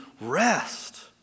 rest